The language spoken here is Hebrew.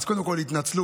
אז קודם כול התנצלות,